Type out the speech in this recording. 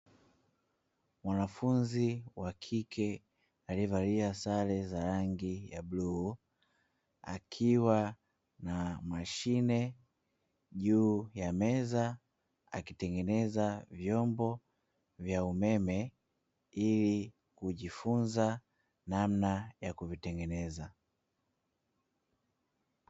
Mwanafunzi wa kike aliyevalia sare za rangi ya bluu, akiwa na mashine juu ya meza akitengeneza vyombo vya umeme ili kujifunza namna ya kuvitengeneza.